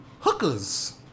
hookers